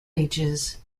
ages